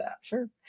Sure